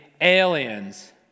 aliens